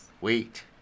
Wait